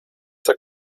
der